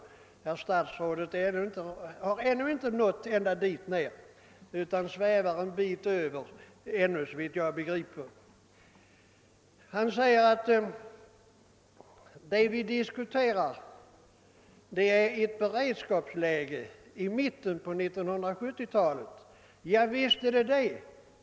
Herr statsrådet har ännu inte nått ända dit ner utan svävar fortfarande en bit ovanför markytan, såvitt jag begriper. Han säger ati vad vi diskuterar är ett beredskapsläge i mitten på 1970-talet. Javisst är det det!